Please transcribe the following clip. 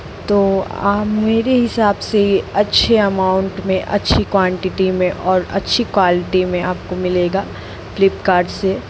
तो आप मेरे हिसाब से अच्छे अमाउंट में अच्छी क्वांटिटी में और अच्छी क्वालिटी में मिलेगा फ्लिपकार्ट से